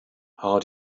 how